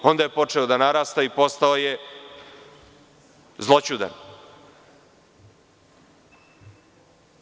Onda je počeo da narasta i postao je zloćudan.